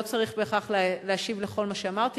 לא צריך להשיב בהכרח על כל מה שאמרתי,